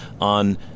on